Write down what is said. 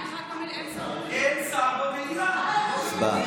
אין שר במליאה.